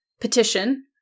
petition